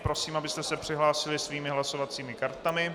Prosím, aby jste se přihlásili svými hlasovacími kartami.